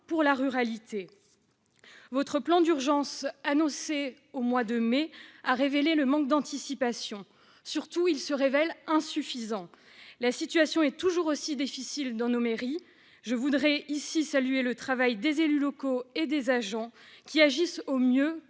pour la ruralité ! Votre plan d'urgence, annoncé au mois de mai, a révélé le manque d'anticipation. Surtout, il s'avère insuffisant. La situation est toujours aussi difficile dans nos mairies. Je voudrais ici saluer le travail des élus locaux et des agents, qui agissent au mieux